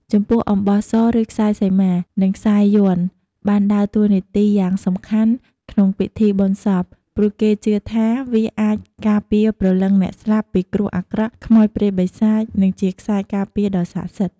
ចំពោះអំបោះស ឬខ្សែសីមា និងខ្សែយ័ន្ត បានដើរតួនាទីយ៉ាងសំខាន់ក្នុងពិធីបុណ្យសព ព្រោះគេជឿថាវាអាចការពារព្រលឹងអ្នកស្លាប់ពីគ្រោះអាក្រក់ ខ្មោចព្រាយបិសាច និងជាខ្សែការពារដ៏ស័ក្តិសិទ្ធិ។